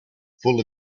full